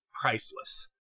priceless